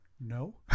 No